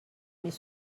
mais